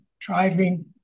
Driving